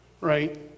Right